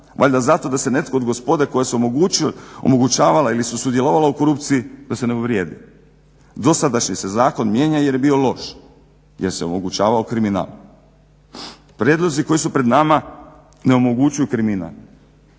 Valjda zato da se netko od gospode koja su omogućavala ili su sudjelovala u korupciji da se ne uvrijedi. Dosadašnji se zakon mijenja jer je bio loš jer se omogućavao kriminal. Prijedlozi koji su pred nama ne omogućuju kriminal.